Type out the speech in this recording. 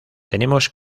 tenemos